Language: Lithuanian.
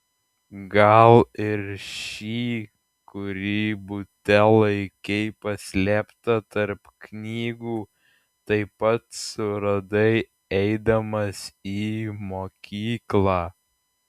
gal ir šį kurį bute laikei paslėptą tarp knygų taip pat suradai eidamas į mokyklą